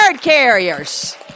carriers